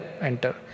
enter